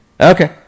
Okay